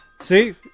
See